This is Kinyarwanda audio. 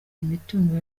imitungo